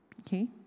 okay